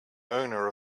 owner